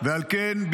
על כן,